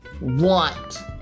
want